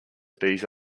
these